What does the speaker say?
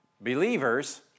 Believers